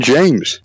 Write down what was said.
James